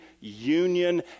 union